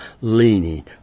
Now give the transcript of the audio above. Leaning